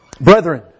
Brethren